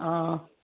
অঁ